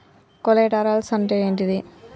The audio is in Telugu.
కొలేటరల్స్ అంటే ఏంటిది?